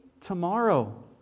tomorrow